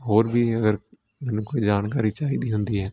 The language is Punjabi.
ਹੋਰ ਵੀ ਅਗਰ ਮੈਨੂੰ ਕੋਈ ਜਾਣਕਾਰੀ ਚਾਹੀਦੀ ਹੁੰਦੀ ਹੈ